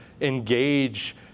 engage